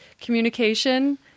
communication